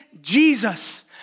Jesus